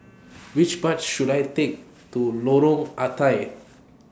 Which Bus should I Take to Lorong Ah Thia